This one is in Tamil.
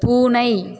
பூனை